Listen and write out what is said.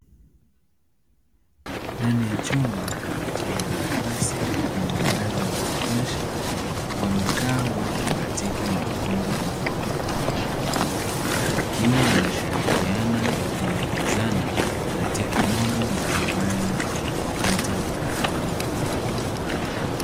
Ndani ya chumba chenye nafasi na mwangaza wa kutosha wamekaa watu katika makundi tofautitofauti, wakiwa wanashirikiana na kuelekezana katika mambo mbalimbali wakati wa kujifunza.